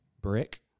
Brick